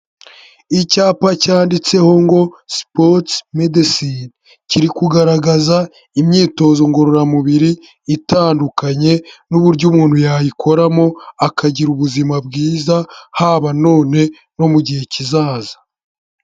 Icyapa cyanditseho ngo sports medecine, kiri kugaragaza imyitozo ngororamubiri itandukanye n'uburyo umuntu yayikoramo akagira ubuzima bwiza, haba none no mu gihe kizaza.